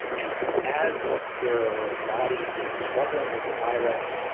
and as your body is struggling with the virus,